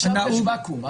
עכשיו יש ואקום.